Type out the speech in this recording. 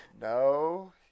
No